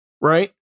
right